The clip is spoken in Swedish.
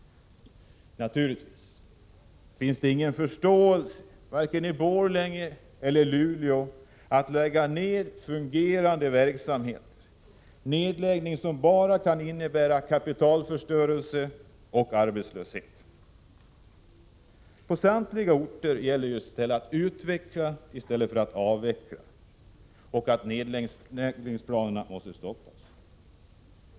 Naturligtvis finns det ingen förståelse i vare sig Borlänge eller Luleå för nedläggningar av fungerande verksamhet, nedläggningar som 9 bara kan innebära kapitalförstörelse och arbetslöshet. På samtliga orter gäller det att utveckla i stället för att avveckla, och nedläggningsplanerna måste stoppas.